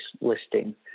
listing